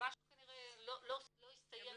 משהו כנראה לא הסתיים מבחינה רישומית.